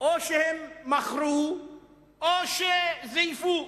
או שהם מכרו או שזייפו.